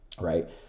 right